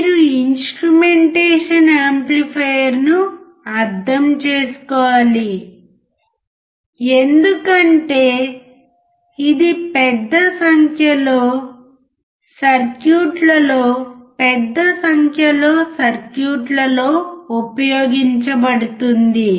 మీరు ఇన్స్ట్రుమెంటేషన్ యాంప్లిఫైయర్ను అర్థం చేసుకోవాలి ఎందుకంటే ఇది పెద్ద సంఖ్యలో సర్క్యూట్లలో పెద్ద సంఖ్యలో సర్క్యూట్లలో ఉపయోగించబడుతుంది